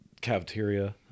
cafeteria